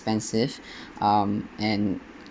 expensive um and